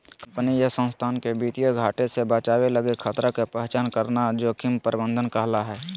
company या संस्थान के वित्तीय घाटे से बचावे लगी खतरा के पहचान करना जोखिम प्रबंधन कहला हय